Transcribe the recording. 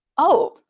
oh,